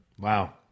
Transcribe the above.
Wow